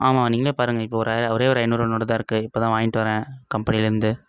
ஆமாம் நீங்களே பாருங்கள் இப்போ ஒரு ஒரே ஒரு ஐநூறுபா நோட்டு தான் இருக்குது இப்போ தான் வாங்ன்ட்டு வரேன் கம்பெனிலேந்து